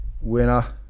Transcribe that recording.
winner